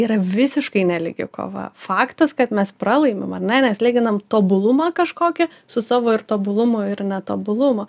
yra visiškai nelygi kova faktas kad mes pralaimim ar ne nes lyginam tobulumą kažkokį su savo ir tobulumu ir netobulumu